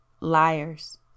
liars